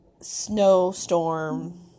snowstorm